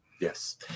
Yes